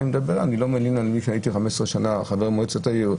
אני לא מלין, אני הייתי 15 שנה חבר מועצת העיר,